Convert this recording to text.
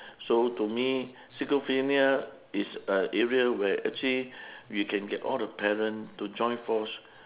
so to me schizophrenia is a area where actually we can get all the parent to join force